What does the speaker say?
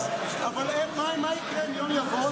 אבל מה יקרה אם יום יבוא,